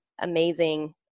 amazing